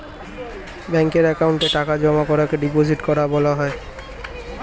ব্যাঙ্কের অ্যাকাউন্টে টাকা জমা করাকে ডিপোজিট করা বলা হয়